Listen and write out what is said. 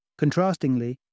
Contrastingly